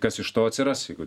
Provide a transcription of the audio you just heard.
kas iš to atsiras jeigu